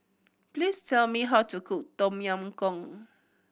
please tell me how to cook Tom Yam Goong